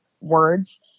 words